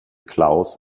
klaus